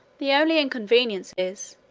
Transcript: the only inconvenience is,